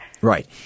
Right